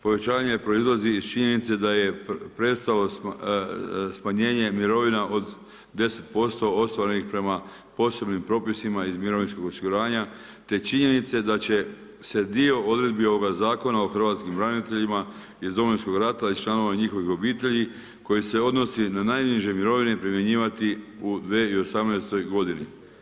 Povećanje proizlazi iz činjenice da je prestalo smanjenje mirovina od 10% ostvarenih prema posebnim propisima iz mirovinskog osiguranja te činjenice da će se dio odredbi ovoga Zakona o hrvatskim braniteljima iz Domovinskog rata i članova njihovih obitelji koji se odnosi na najniže mirovine primjenjivati u 2018. godini.